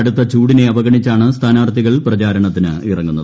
കടുത്ത ചൂടിനെ അവഗണിച്ചാണ് സ്ഥാനാർത്ഥികൾ പ്രചാരണത്തിനിറങ്ങുന്നത്